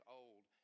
old